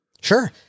Sure